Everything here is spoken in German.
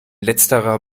letzterer